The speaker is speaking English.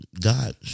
God